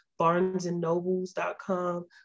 barnesandnobles.com